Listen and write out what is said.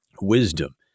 wisdom